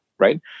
Right